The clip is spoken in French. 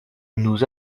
nous